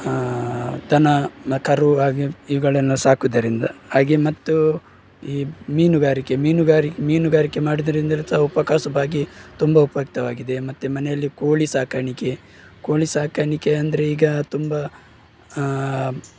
ದನ ಕರು ಹಾಗೆ ಇವುಗಳನ್ನು ಸಾಕುವುದರಿಂದ ಹಾಗೆ ಮತ್ತು ಈ ಮೀನುಗಾರಿಕೆ ಮೀನುಗಾರಿಕೆ ಮೀನುಗಾರಿಕೆ ಮಾಡುವುದರಿಂದ ಸಹ ಉಪಕಸುಬಾಗಿ ತುಂಬ ಉಪಯುಕ್ತವಾಗಿದೆ ಮತ್ತೆ ಮನೆಯಲ್ಲಿ ಕೋಳಿ ಸಾಕಾಣಿಕೆ ಕೋಳಿ ಸಾಕಾಣಿಕೆ ಅಂದರೆ ಈಗ ತುಂಬ